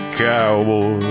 cowboy